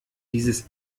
dieses